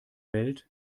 welt